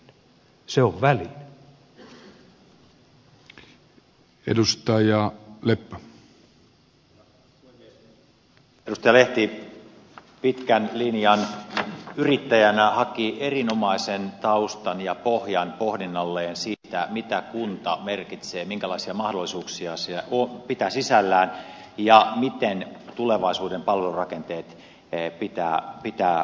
edustaja lehti pitkän linjan yrittäjänä haki erinomaisen taustan ja pohjan pohdinnalleen siitä mitä kunta merkitsee minkälaisia mahdollisuuksia se pitää sisällään ja miten tulevaisuuden palvelurakenteiden pitää muodostua